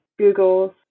Google's